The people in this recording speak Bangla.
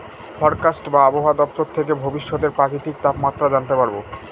ফরকাস্ট বা আবহাওয়া দপ্তর থেকে ভবিষ্যতের প্রাকৃতিক তাপমাত্রা জানতে পারবো